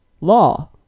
law